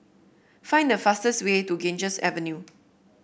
find the fastest way to Ganges Avenue